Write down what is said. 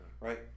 right